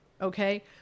okay